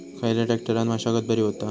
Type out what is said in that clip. खयल्या ट्रॅक्टरान मशागत बरी होता?